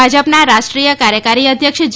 ભાજપના રાષ્ટ્રીય કાર્યકારી અધ્યક્ષ જે